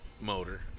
motor